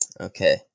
okay